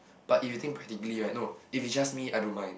but if you think practically right no if it's just me I don't mind